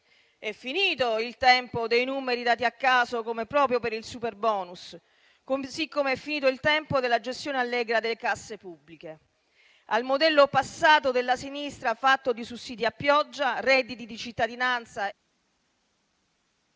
È finito il tempo dei numeri dati a caso, come proprio per il superbonus; così come è finito il tempo della gestione allegra delle casse pubbliche. Al modello passato della sinistra, fatto di sussidi a pioggia e redditi di cittadinanza,